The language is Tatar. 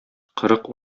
кырык